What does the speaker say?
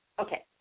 Okay